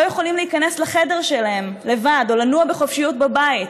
לא יכולים להיכנס לחדר שלהם לבד או לנוע בחופשיות בבית,